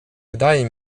wydaje